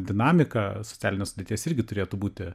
dinamika socialinės lyties irgi turėtų būti